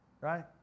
right